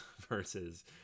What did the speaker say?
versus